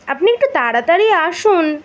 আপনি একটু তাড়াতাড়ি আসুন